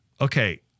Okay